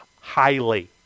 highly